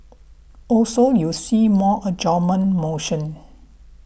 also you see more adjournment motions